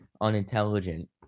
unintelligent